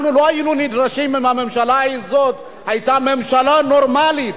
אנחנו לא היינו נדרשים אם הממשלה הזאת היתה ממשלה נורמלית,